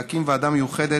אדוני היושב-ראש,